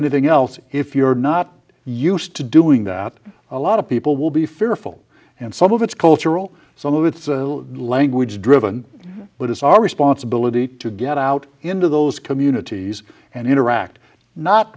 anything else if you're not used to doing that a lot of people will be fearful and some of it's cultural some of it's language driven but it's our responsibility to get out into those communities and interact not